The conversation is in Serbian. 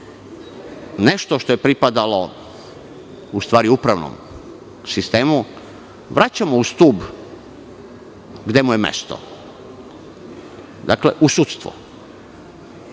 nešto što je pripadalo u stvari upravnom sistemu vraćamo u stub gde mu je mesto. To je sudstvo.